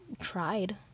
tried